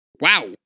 wow